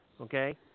Okay